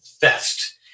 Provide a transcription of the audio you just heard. fest